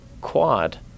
quad